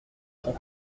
cent